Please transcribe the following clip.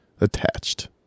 attached